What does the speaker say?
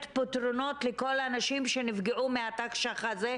פתרונות לכל הנשים שנפגעו מהחל"ת הזה,